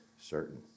certain